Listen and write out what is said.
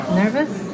nervous